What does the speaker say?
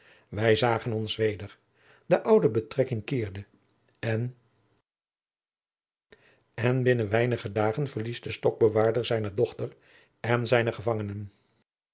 wij zagen ons weder de oude betrekking keerde en jacob van lennep de pleegzoon en binnen weinige dagen verliest de stokbewaarder zijne dochter en zijnen gevangenen